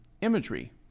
imagery